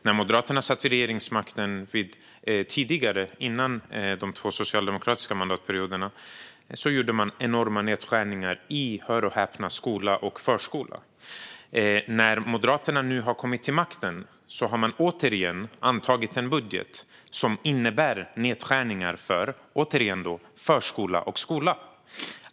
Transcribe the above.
När Moderaterna hade regeringsmakten före de två socialdemokratiska mandatperioderna gjorde de enorma nedskärningar på, hör och häpna, förskola och skola. När Moderaterna nu har kommit till makten har de lagt fram en budget som återigen innebär nedskärningar på förskola och skola.